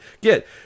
get